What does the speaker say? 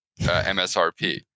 MSRP